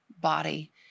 body